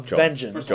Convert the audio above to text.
vengeance